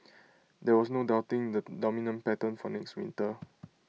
there was no doubting the dominant pattern for next winter